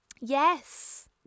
Yes